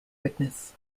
witness